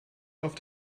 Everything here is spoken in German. auf